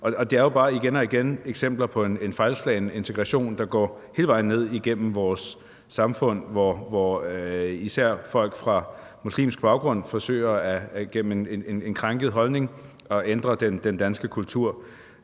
Det er jo bare igen og igen eksempler på en fejlslagen integration, der går hele vejen ned igennem vores samfund, hvor især folk med muslimsk baggrund gennem en krænket holdning forsøger at ændre den danske kultur.